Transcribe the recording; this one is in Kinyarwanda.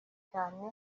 cyane